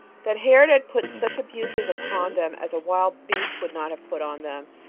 that herod had put such abuses upon them as a wild beast would not have put on them,